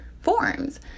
forms